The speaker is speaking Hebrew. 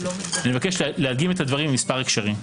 אבקש להדגים את הדברים במספר הקשרים: